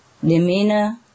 demeanor